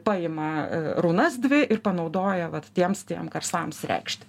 paima runas dvi ir panaudoja vat tiems tiem garsams reikšti